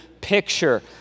picture